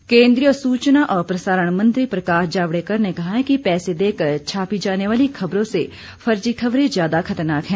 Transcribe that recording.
जावडेकर केन्द्रीय सूचना और प्रसारण मंत्री प्रकाश जावड़ेकर ने कहा है कि पैसे देकर छापी जाने वाली खबरों से फर्जी खबरें ज्यादा खतरनाक हैं